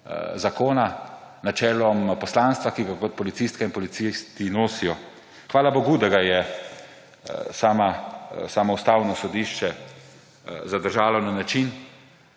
zakona, načelom poslanstva, ki ga kot policistke in policisti nosijo. Hvala bogu, da ga je samo Ustavno sodišče zadržalo na način,